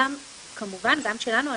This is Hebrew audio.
כמובן גם שלנו.